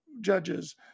judges